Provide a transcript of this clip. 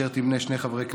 אשר תמנה שני חברי כנסת: